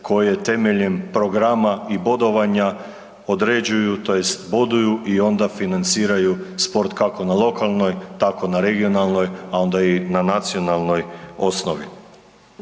koje temeljem programa i bodovanja određuju tj. boduju i onda financiraju sport kako na lokalnoj tako na regionalnoj, a onda i na nacionalnoj osnovi.